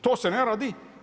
To se ne radi.